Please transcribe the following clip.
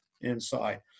inside